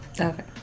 Okay